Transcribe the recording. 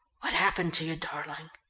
what happened to you, darling?